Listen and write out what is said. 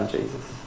Jesus